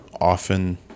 often